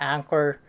Anchor